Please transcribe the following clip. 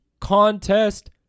contest